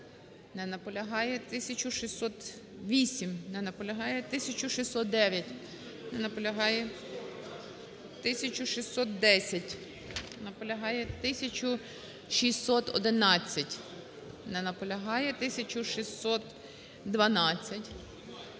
Не наполягає. 1608. Не наполягає. 1609. Не наполягає. 1610. Не наполягає. 1611. Не наполягає. 1612.